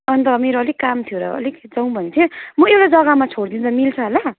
अनि त मेरो अलिक काम थियो र अलिक जाउँ भन्थेँ म एउटा जग्गामा छोडिदिँदा मिल्छ होला